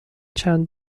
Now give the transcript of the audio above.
چند